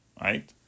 right